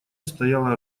стояло